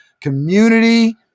community